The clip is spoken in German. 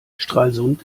stralsund